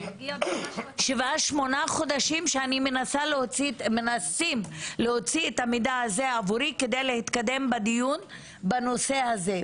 8-7 חודשים מנסים להוציא את המידע עבורי כדי להתקדם בדיון בנושא הזה,